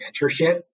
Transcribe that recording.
mentorship